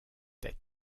tête